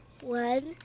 One